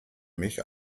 mich